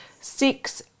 six